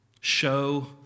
show